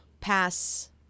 Pass